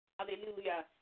Hallelujah